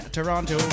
Toronto